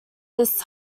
this